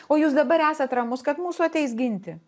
o jūs dabar esat ramus kad mūsų ateis ginti